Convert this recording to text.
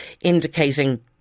indicating